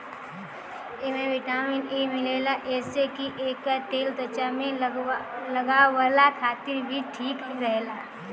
एमे vitamin E मिलेला जेसे की एकर तेल त्वचा पे लगवला खातिर भी ठीक रहेला